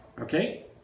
Okay